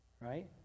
Right